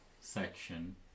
section